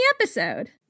episode